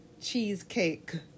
cheesecake